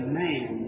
man